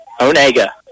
Onega